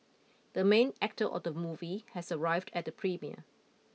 the main actor of the movie has arrived at the premiere